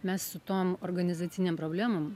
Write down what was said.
mes su tom organizacinėm problemom